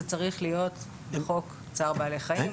זה צריך להיות בחוק צער בעלי חיים,